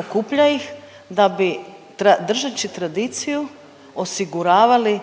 Okuplja ih da bi držeći tradiciju osiguravali